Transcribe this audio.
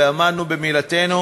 ועמדנו במילתנו,